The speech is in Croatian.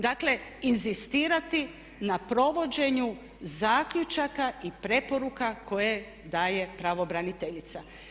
Dakle, inzistirati na provođenju zaključaka i preporuka koje daje pravobraniteljica.